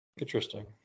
Interesting